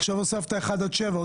עכשיו הוספת 1 עד 7. כן.